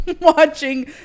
watching